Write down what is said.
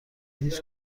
هیچ